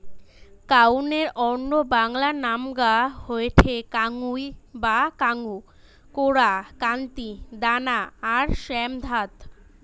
কাউনের অন্য বাংলা নামগা হয়ঠে কাঙ্গুই বা কাঙ্গু, কোরা, কান্তি, দানা আর শ্যামধাত